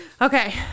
Okay